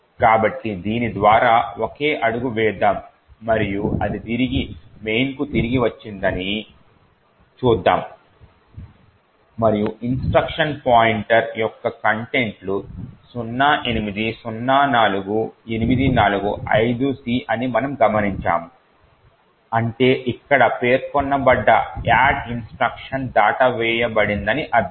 కాబట్టి దీని ద్వారా ఒకే అడుగు వేద్దాం మరియు అది తిరిగి మెయిన్ కు తిరిగి వచ్చిందని చూద్దాం మరియు ఇన్స్ట్రక్షన్ పాయింటర్ యొక్క కంటెంట్ లు 0804845C అని మనము గమనించాము అంటే ఇక్కడ పేర్కొన్న యాడ్ ఇన్స్ట్రక్షన్ దాటవేయబడిందని అర్థం